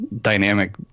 dynamic